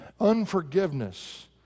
unforgiveness